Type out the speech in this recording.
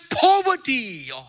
poverty